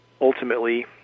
ultimately